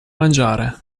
mangiare